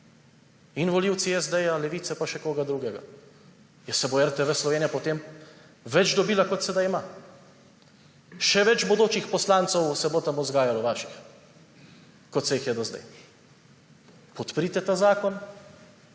in volivci SD, Levice in še koga drugega. Ja, saj bo RTV Slovenija potem več dobila, kot sedaj ima. Še več bodočih poslancev se bo tam vzgajalo, vaših, kot se jih do zdaj. Podprite ta zakon.